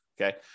Okay